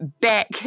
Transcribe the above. back